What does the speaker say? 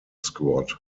squad